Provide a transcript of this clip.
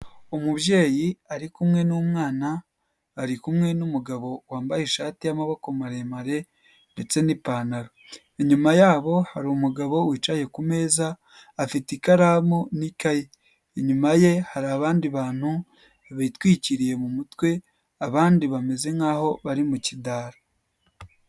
Umubyeyi ari kumwe n'umwana, ari kumwe n'umugabo wambaye ishati y'amaboko maremare ndetse n'ipantaro, inyuma yabo hari umugabo wicaye ku meza, afite ikaramu n'ikayi, inyuma ye hari abandi bantu bitwikiriye mu mutwe, abandi bameze nk'aho bari mu kidari.